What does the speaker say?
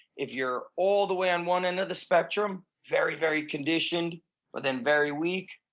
if you're all the way on one end of the spectrum, very very conditioned but then very weak,